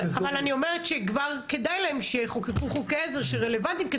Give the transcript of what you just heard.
אבל אני אומרת שכדאי להם שכבר יחוקקו חוקי עזר רלוונטיים.